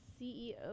CEO